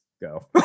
Go